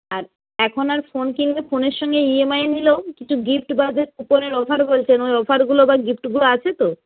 আছ এখন আর ফোন কিনলে ফোনের সঙ্গে ইএমআই এ নিলেও কিছু গিফ্ট বা যে কুপনের অফার বলছেন ওই অফারগুলো বা গিফ্টগুলো আছে তো